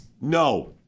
No